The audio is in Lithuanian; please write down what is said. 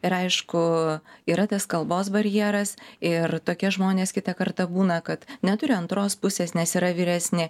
ir aišku yra tas kalbos barjeras ir tokie žmonės kitą kartą būna kad neturi antros pusės nes yra vyresni